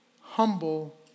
humble